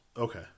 Okay